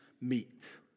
meet